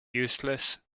useless